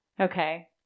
Okay